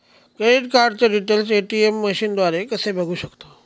Credit कार्डचे details ATM मशीनद्वारे कसे बघू शकतो?